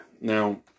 Now